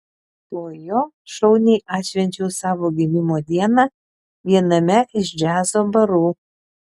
po jo šauniai atšvenčiau savo gimimo dieną viename iš džiazo barų